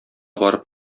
барып